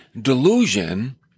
delusion